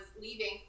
leaving